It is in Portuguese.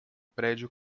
prédio